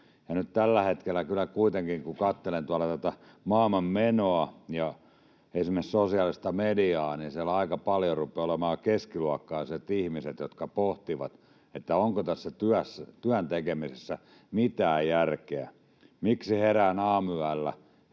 nyt tällä hetkellä kyllä kuitenkin, kun katselen tuolla tätä maailmanmenoa ja esimerkiksi sosiaalista mediaa, niin siellä aika paljon rupeaa olemaan keskiluokkaiset ihmiset, jotka pohtivat, onko tässä työn tekemisessä mitään järkeä: miksi herään aamuyöllä,